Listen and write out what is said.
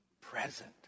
present